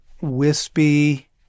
wispy